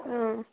অঁ